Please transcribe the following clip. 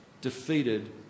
defeated